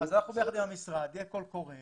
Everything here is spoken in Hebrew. יחד עם המשרד יהיה קול קורא